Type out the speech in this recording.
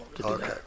okay